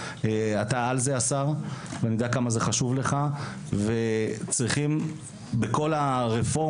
שאתה על זה השר ואני יודע כמה זה חשוב לך וצריכים בכל הרפורמה,